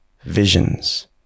visions